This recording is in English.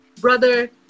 brother